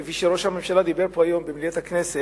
כפי שראש הממשלה דיבר פה היום במליאת הכנסת,